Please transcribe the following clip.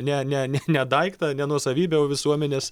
ne ne ne ne daiktą ne nuosavybę o visuomenės